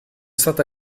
sainte